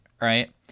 right